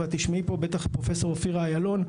ואת בטח תשמעי פה את פרופסור אופירה אילון,